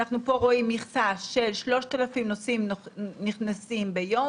פה אנחנו רואים מכסה של 3,000 נוסעים נכנסים ביום